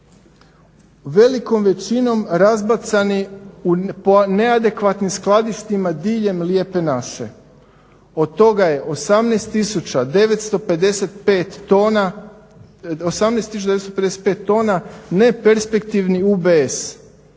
Velikom većinom razbacani po neadekvatnim skladištima diljem Lijepe naše. Od toga je 18 tisuća 955 tona neperspektivni UBS,